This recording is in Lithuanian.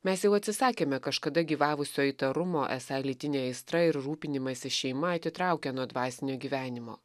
mes jau atsisakėme kažkada gyvavusio įtarumo esą lytinė aistra ir rūpinimasis šeima atitraukia nuo dvasinio gyvenimo